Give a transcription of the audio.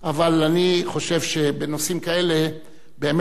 אבל אני חושב שבנושאים כאלה באמת